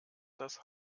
das